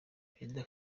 perezida